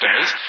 days